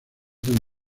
del